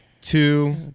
Two